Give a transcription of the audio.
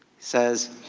says,